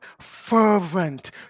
fervent